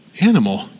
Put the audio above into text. animal